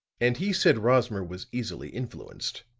and he said rosmer was easily influenced.